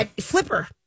Flipper